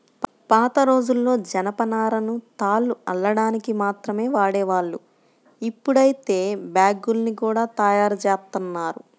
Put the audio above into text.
పాతరోజుల్లో జనపనారను తాళ్లు అల్లడానికి మాత్రమే వాడేవాళ్ళు, ఇప్పుడైతే బ్యాగ్గుల్ని గూడా తయ్యారుజేత్తన్నారు